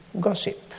gossip